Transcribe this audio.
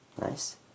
Nice